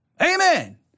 Amen